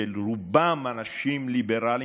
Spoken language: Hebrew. שרובם אנשים ליברלים,